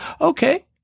Okay